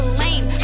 lame